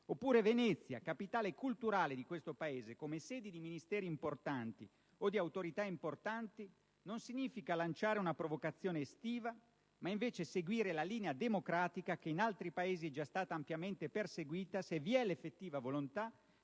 oppure Venezia (capitale culturale di questo Paese) come sedi di Ministeri o di Autorità importanti non significa lanciare una provocazione estiva, ma seguire la linea democratica che in altri Paesi è già stata ampiamente perseguita, se vi è l'effettiva volontà